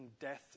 death